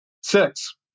Six